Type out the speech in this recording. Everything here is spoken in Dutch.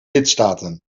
lidstaten